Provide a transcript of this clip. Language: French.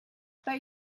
pas